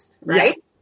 right